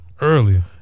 Earlier